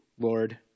Lord